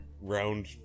round